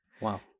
Wow